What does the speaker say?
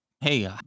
hey